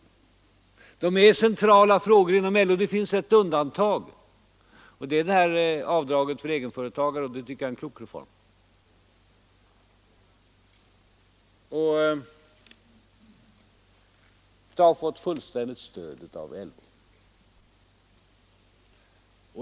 De utgör centrala frågor inom LO. Ett undantag är avdraget för egenföretagare, vilket jag tycker är en klok reform. Även den har fått fullständigt stöd av LO.